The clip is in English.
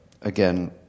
again